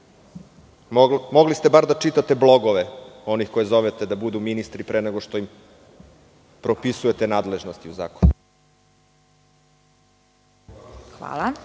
Mogli ste bar da čitate blogove onih kojih zovete da budu ministri pre nego što im propisujete nadležnosti u Zakonu.